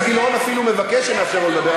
חבר הכנסת גילאון אפילו מבקש שנאפשר לו לדבר.